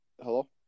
hello